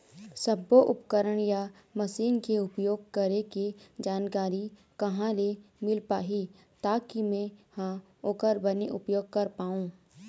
सब्बो उपकरण या मशीन के उपयोग करें के जानकारी कहा ले मील पाही ताकि मे हा ओकर बने उपयोग कर पाओ?